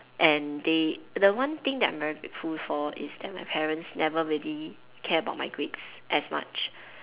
and they the one thing that I'm very grateful for is that my parents never really care about my grades as much